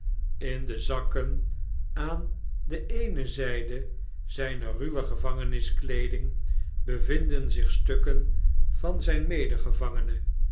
in de zakken aan de eene zijde zgner ruwe gevangeniskleeding bevinden zich stukken van zjjn